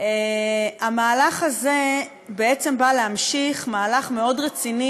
המהלך הזה בעצם בא להמשיך מהלך מאוד רציני,